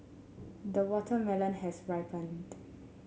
the watermelon has ripened